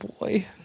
boy